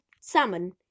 salmon